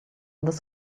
this